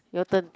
your turn